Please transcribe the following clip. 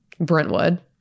Brentwood